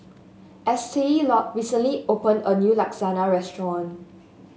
Estie recently opened a new Lasagna restaurant